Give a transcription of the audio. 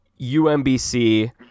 UMBC